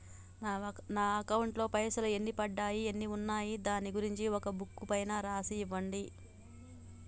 నా అకౌంట్ లో పైసలు ఎన్ని పడ్డాయి ఎన్ని ఉన్నాయో దాని గురించి ఒక బుక్కు పైన రాసి ఇవ్వండి?